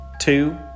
two